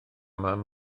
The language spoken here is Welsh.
mam